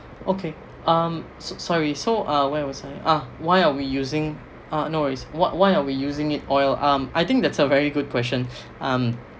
okay um sorry so uh where was I ah why are we using uh no worries why are we using it oil um I think that's a very good question um